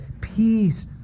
peace